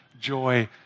joy